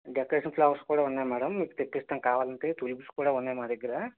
decoration flowers కూడా ఉన్నాయ్ madam మీకు తెప్పిస్తాను కావాలంటే టులిప్స్ కూడా ఉన్నాయ్ మా దగ్గిర